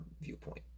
viewpoint